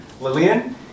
Lillian